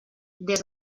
des